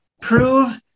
prove